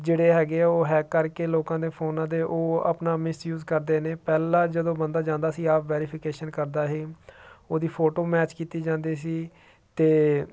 ਜਿਹੜੇ ਹੈਗੇ ਆ ਉਹ ਹੈਕ ਕਰਕੇ ਲੋਕਾਂ ਦੇ ਫੋਨਾਂ ਦੇ ਉਹ ਆਪਣਾ ਮਿਸਯੂਸ ਕਰਦੇ ਨੇ ਪਹਿਲਾਂ ਜਦੋਂ ਬੰਦਾ ਜਾਂਦਾ ਸੀ ਆਪ ਵੈਰੀਫਿਕੇਸ਼ਨ ਕਰਦਾ ਸੀ ਉਹਦੀ ਫੋਟੋ ਮੈਚ ਕੀਤੀ ਜਾਂਦੀ ਸੀ ਅਤੇ